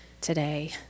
today